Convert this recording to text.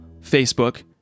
Facebook